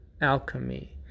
alchemy